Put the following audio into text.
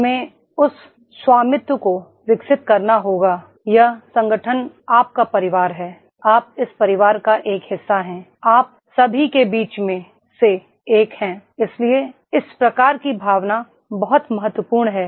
हमें उस स्वामित्व को विकसित करना होगा यह संगठन आपका परिवार है आप इस परिवार का एक हिस्सा हैं आप सभी के बीच में से एक हैं इसलिए इस प्रकार की भावना बहुत महत्वपूर्ण है